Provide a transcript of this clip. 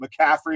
McCaffrey